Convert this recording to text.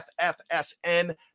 FFSN